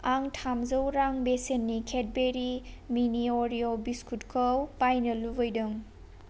आं थामजौ रां बेसेननि केडबेरि मिनि अरिअ' बिस्कुटखौ बायनो लुबैदों